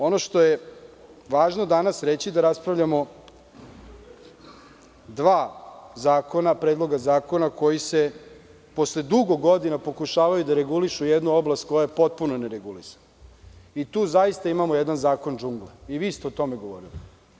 Ono što je važno da nas reći da raspravljamo o dva predloga zakona koji posle dugo godina pokušavaju da regulišu jednu oblast koja je potpuno neregulisana i tu zaista imamo jedan zakon džungle i vi ste o tome govorili.